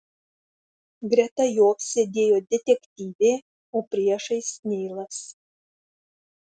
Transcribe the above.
greta jo sėdėjo detektyvė o priešais neilas